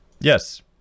Yes